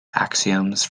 axioms